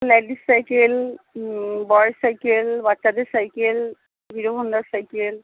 ladies cycle boys cycle বাচ্চাদের cycle Hero হন্ডার cycle